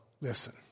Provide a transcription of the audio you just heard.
listen